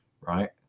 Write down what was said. right